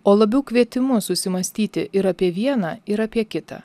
o labiau kvietimu susimąstyti ir apie vieną ir apie kitą